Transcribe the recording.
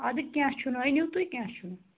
اَدٕ کیٚنٛہہ چھُنہٕ أنِو تُہۍ کیٚنٛہہ چھُنہٕ